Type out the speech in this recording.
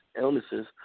illnesses